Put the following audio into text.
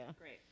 Great